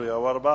אורי אורבך.